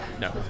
No